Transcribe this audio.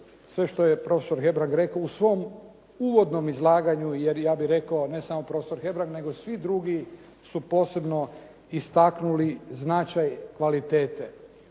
sve što je profesor Hebrang rekao u svom uvodnom izlaganju, jer ja bih rekao ne samo profesor Hebrang nego svi drugi su posebno istaknuli značaj kvalitete.